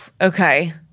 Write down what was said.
okay